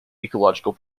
ecological